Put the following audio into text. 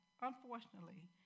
unfortunately